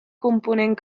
component